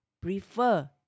prefer